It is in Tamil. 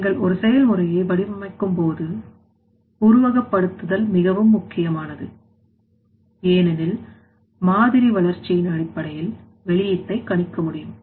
நீங்கள் ஒரு செயல்முறையை வடிவமைக்கும்போது உருவகப்படுத்துதல் மிகவும் முக்கியமானது ஏனெனில் மாதிரி வளர்ச்சியின் அடிப்படையில் வெளியீட்டை கணிக்க முடியும்